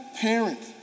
parent